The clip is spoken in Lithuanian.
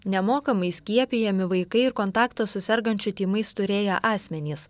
nemokamai skiepijami vaikai ir kontaktą su sergančiu tymais turėję asmenys